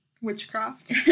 Witchcraft